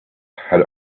had